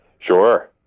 Sure